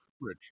Rich